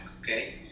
okay